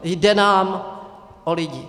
Jde nám o lidi.